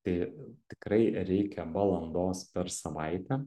tai tikrai reikia valandos per savaitę